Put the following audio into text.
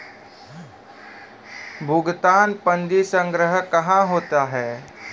भुगतान पंजी संग्रह कहां होता हैं?